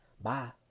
Bye